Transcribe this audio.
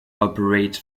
operates